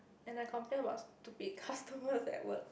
and I complain about stupid customers at work